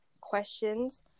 questions